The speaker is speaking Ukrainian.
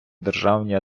державні